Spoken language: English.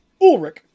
Ulrich